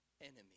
enemy